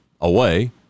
away